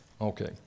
Okay